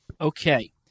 Okay